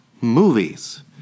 movies